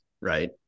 Right